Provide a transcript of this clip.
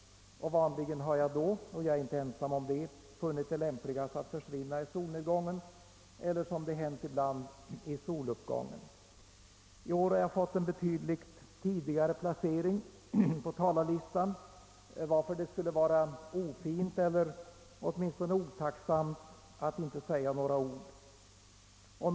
Vanligen har jag då — och jag är inte ensam om det — funnit det lämpligast att försvinna i solnedgången eller, som det hänt ibland, i soluppgången. I år har jag fått en betydligt tidigare placering på talarlistan, varför det skulle vara ofint eller åtminstone otacksamt att inte säga några ord.